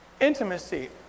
Intimacy